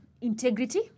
integrity